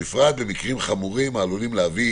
בפרט במקרים חמורים העלולים להביא